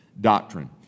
doctrine